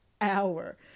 hour